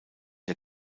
der